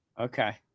Okay